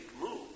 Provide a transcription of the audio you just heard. move